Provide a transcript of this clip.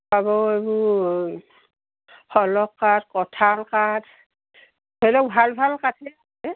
এইবোৰ সলহ কাঠ কঁঠাল কাঠ ধৰি লওক ভাল ভাল কাঠেই আছে